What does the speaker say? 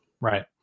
Right